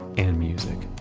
and music.